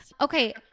Okay